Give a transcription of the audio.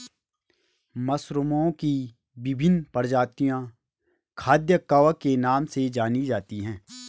मशरूमओं की विभिन्न प्रजातियां खाद्य कवक के नाम से जानी जाती हैं